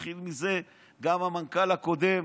התחיל בזה גם המנכ"ל הקודם